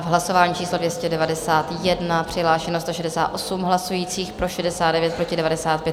Hlasování číslo 291, přihlášeno 168 hlasujících, pro 69, proti 95.